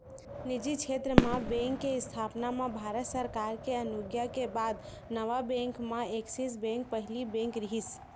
निजी छेत्र म बेंक के इस्थापना म भारत सरकार के अनुग्या के बाद नवा बेंक म ऐक्सिस बेंक पहिली बेंक रिहिस